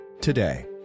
today